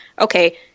okay